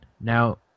Now